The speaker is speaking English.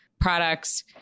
products